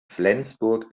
flensburg